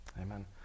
Amen